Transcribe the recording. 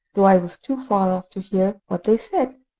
though i was too far off to hear what they said.